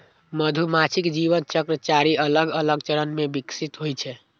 मधुमाछीक जीवन चक्र चारि अलग अलग चरण मे विकसित होइ छै